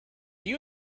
you